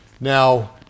Now